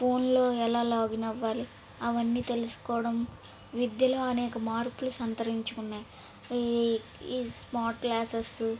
ఫోనుల్లో ఎలా లాగిన్ అవ్వాలి అవన్నీ తెలుసుకోవడం విద్యలో అనేక మార్పులు సంతరించుకున్నాయి ఈ ఈ స్మార్ట్ క్లాసెస్